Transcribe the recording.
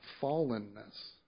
fallenness